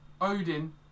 Odin